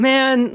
Man